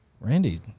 Randy